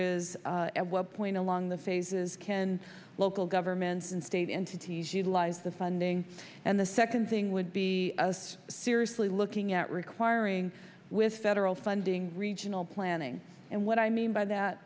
is at what point along the phases can local governments and state entities utilize the funding and the second thing would be us seriously looking at requiring with federal funding regional planning and what i mean by that